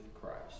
Christ